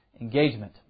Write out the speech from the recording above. engagement